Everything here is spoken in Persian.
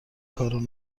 کارو